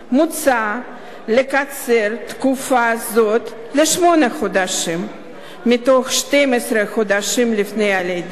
מוצע לקצר תקופה זאת לשמונה חודשים מתוך 12 החודשים לפני הלידה,